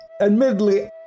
Admittedly